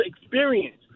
experience